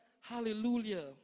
Hallelujah